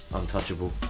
untouchable